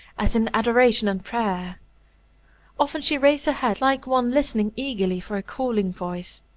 as in adoration and prayer often she raised her head like one listening eagerly for a calling voice.